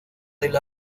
del